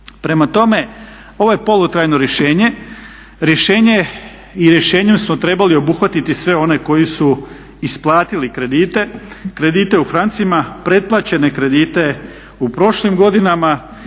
Prema tome, ovo je polutrajno rješenje. Rješenje i rješenjem smo trebali obuhvatiti sve one koji su isplatili kredite, kredite u francima, pretplaćene kredite u prošlim godinama